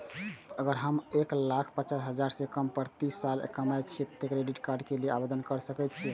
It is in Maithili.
अगर हम एक लाख पचास हजार से कम प्रति साल कमाय छियै त क्रेडिट कार्ड के लिये आवेदन कर सकलियै की?